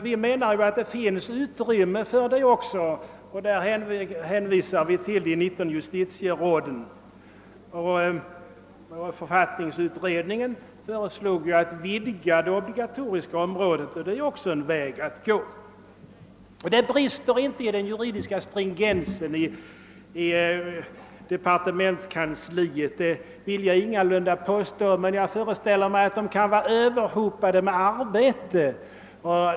Vi menar att det också finns utrymme för det, och på den punkten hänvisar vi till de 19 justitierådens uttalande. Författningsutredningen föreslog ju att man skulle vidga det obligatoriska området, och det är ju också en väg att gå. Det brister inte i den juridiska stringensen i departementskansliet — det vill jag ingalunda påstå. Men jag föreställer mig att man där kan vara överhopad med arbete.